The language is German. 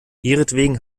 ihretwegen